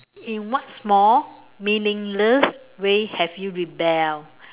in what small meaningless way have you rebelled